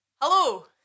Hello